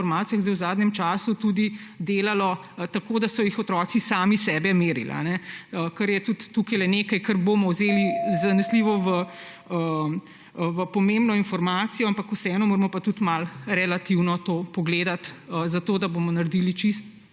v zadnjem času delalo tako, da so otroci sami sebe merili. Kar je tudi nekaj, kar bomo vzeli zanesljivo kot pomembno informacijo, ampak vseeno moramo pa tudi relativno to pogledati, zato da bomo naredili tisto